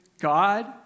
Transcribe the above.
God